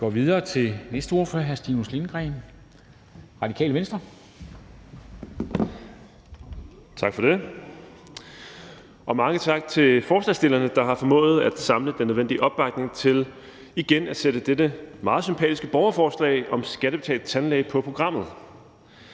Venstre. Kl. 11:29 (Ordfører) Stinus Lindgreen (RV): Tak for det. Og mange tak til forslagsstillerne, der har formået at samle den nødvendige opbakning til igen at sætte dette meget sympatiske borgerforslag om skattebetalt tandlæge på programmet.